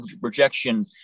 rejection